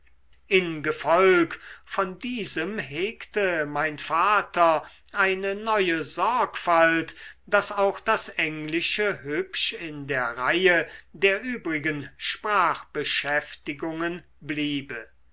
in gefolg von diesem hegte mein vater eine neue sorgfalt daß auch das englische hübsch in der reihe der übrigen sprachbeschäftigungen bliebe